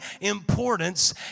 importance